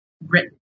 written